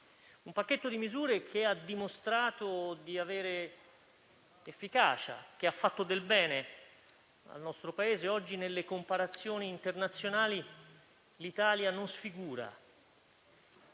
dell'opposizione - ha dimostrato di avere efficacia e ha fatto del bene al nostro Paese. Oggi nelle comparazioni internazionali l'Italia non sfigura,